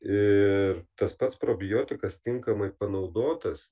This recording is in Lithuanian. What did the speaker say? ir tas pats probiotikas tinkamai panaudotas